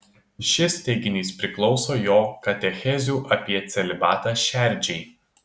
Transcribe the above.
šis teiginys priklauso jo katechezių apie celibatą šerdžiai